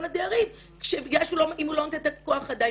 הדיירים אם הוא לא נותן את הכוח אדם,